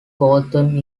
gotham